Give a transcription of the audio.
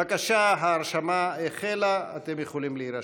בבקשה, ההרשמה החלה, אתם יכולים להירשם.